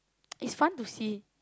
it's fun to see